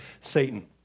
Satan